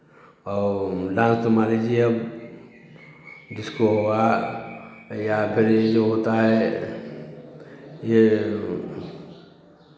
और डांस तो मान लीजिये अब जिसको हुआ या फिर ये जो होता है ये